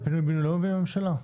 תוכנית פינוי-בינוי לא מביאים לממשלה?